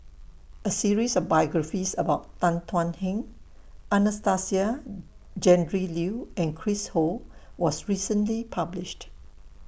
A series of biographies about Tan Thuan Heng Anastasia Tjendri Liew and Chris Ho was recently published